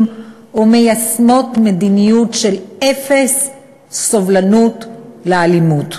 ומיישמות מדיניות של אפס סובלנות לאלימות.